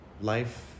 life